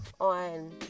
on